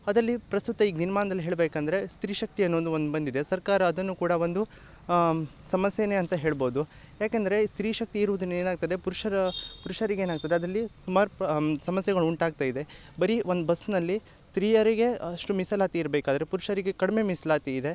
ಅದಲ್ಲಿ ಪ್ರಸ್ತುತ ಈಗ ದಿನ್ಮಾನ್ದಲ್ಲಿ ಹೇಳ್ಬೇಕಂದರೆ ಸ್ತ್ರೀ ಶಕ್ತಿ ಅನ್ನುದು ಒಂದು ಬಂದಿದೆ ಸರ್ಕಾರ ಅದನ್ನು ಕೂಡ ಒಂದು ಸಮಸ್ಯೆನೆ ಅಂತ ಹೇಳ್ಬೋದು ಯಾಕಂದರೆ ಈ ಸ್ತ್ರೀ ಶಕ್ತಿ ಇರುದರಿಂದ ಏನಾಗ್ತದೆ ಪುರುಷರ ಪುರುಷರಿಗೆ ಏನಾಗ್ತದೆ ಅದರಲ್ಲಿ ಸುಮಾರು ಪಮ್ ಸಮಸ್ಯೆಗಳು ಉಂಟಾಗ್ತಯಿದೆ ಬರೀ ಒಂದು ಬಸ್ನಲ್ಲಿ ಸ್ತ್ರೀಯರಿಗೆ ಅಷ್ಟು ಮೀಸಲಾತಿ ಇರ್ಬೇಕಾದರೆ ಪುರುಷರಿಗೆ ಕಡ್ಮೆ ಮೀಸಲಾತಿ ಇದೆ